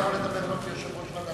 יכול לדבר גם כיושב-ראש ועדה.